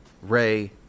Ray